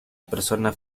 persona